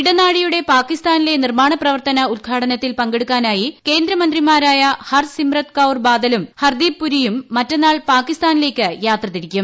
ഇടനാഴിയുടെ പാകിസ്ഥാനിലെ നിർമ്മാണ പ്രവർത്തന ഉദ്ഘാടനത്തിൽ പങ്കെടുക്കാനായി കേന്ദ്രമന്ത്രിമാരായ ഹർസിമ്രത് കൌർ ബാദലും ഹർദീപ് പുരിയും മറ്റന്നാൾ പാക്കിസ്ഥാനിലേക്ക് യാത്രതിരിക്കും